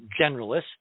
generalist